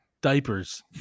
Diapers